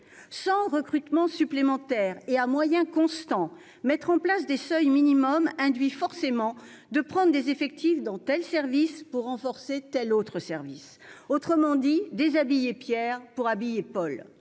Sans recrutement supplémentaire, et à moyens constants, mettre en place des seuils minimums induit forcément de prendre des effectifs dans tel service pour renforcer tel autre. En d'autres termes, cela revient à déshabiller Pierre pour habiller Paul